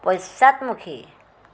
পশ্চাদমুখী